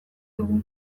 dugu